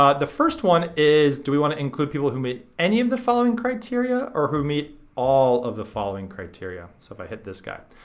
ah the first one is do we want to include people who meet any of the following criteria, or who meet all of the following criteria? so if i hit this guy.